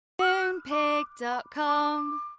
Moonpig.com